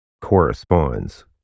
corresponds